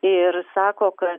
ir sako kad